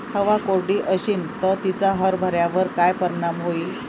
हवा कोरडी अशीन त तिचा हरभऱ्यावर काय परिणाम होईन?